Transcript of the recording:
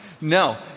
No